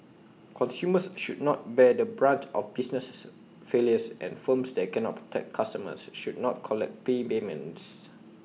consumers should not bear the brunt of businesses failures and firms that cannot protect customers should not collect prepayments